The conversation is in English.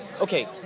okay